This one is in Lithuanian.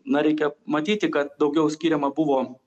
na reikia matyti kad daugiau skiriama buvo